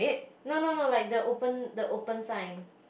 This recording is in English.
no no no like the open the open sign